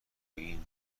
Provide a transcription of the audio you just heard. ایران